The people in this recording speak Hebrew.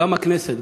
גם הכנסת,